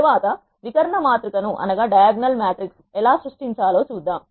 తరువాత వి కర్ణ మాతృ కను ఎలా సృష్టించాలో చూద్దాం